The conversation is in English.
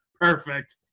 Perfect